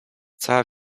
cała